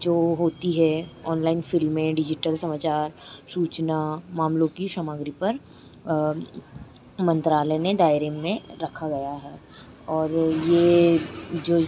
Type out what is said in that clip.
जो होती है ऑनलाइन फ़िल्में डिजिटल समाचार सूचना मामलों की सामग्री पर मंत्रालय ने दायरे में रखा गया है और यह जो ही